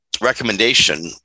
recommendation